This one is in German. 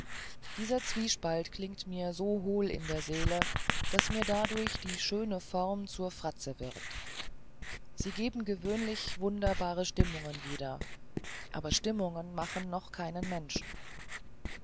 dieser zwiespalt klingt mir so hohl in der seele daß mir dadurch die schöne form zur fratze wird sie geben gewöhnlich wunderbare stimmungen wieder aber stimmungen machen noch keinen menschen